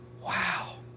wow